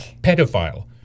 pedophile